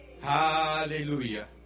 hallelujah